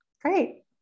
Great